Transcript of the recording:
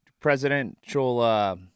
presidential –